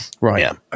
Right